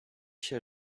się